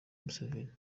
museveni